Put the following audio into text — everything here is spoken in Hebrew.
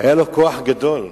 היה כוח גדול.